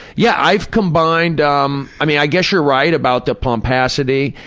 yeah i've combined, um i guess you're right about the pomposity.